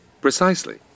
Precisely